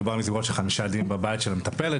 מדובר על בסביבות חמישה ילדים בבית של המטפלת,